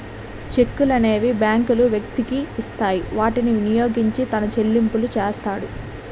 చెక్కులనేవి బ్యాంకులు వ్యక్తికి ఇస్తాయి వాటిని వినియోగించి తన చెల్లింపులు చేస్తాడు